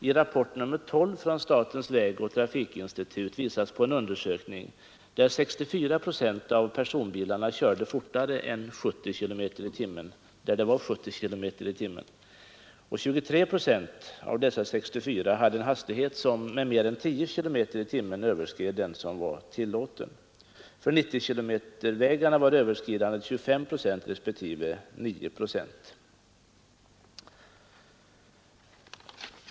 I rapport nr 12 från statens vägoch trafikinstitut redogörs för en undersökning, där 64 procent av personbilarna körde fortare än 70 km tim., och 23 procent av dem hade en hastighet som med mer än 10 km/tim överskred den tillåtna. För 90 km-vägarna var samma siffror 25 respektive 9 procent.